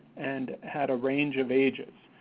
and had a range of ages.